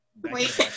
Wait